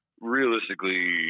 realistically